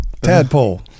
Tadpole